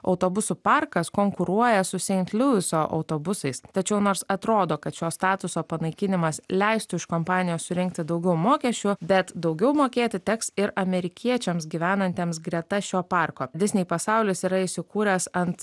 autobusų parkas konkuruoja su sent liujiso autobusais tačiau nors atrodo kad šio statuso panaikinimas leistų iš kompanijos surinkti daugiau mokesčių bet daugiau mokėti teks ir amerikiečiams gyvenantiems greta šio parko disnei pasaulis yra įsikūręs ant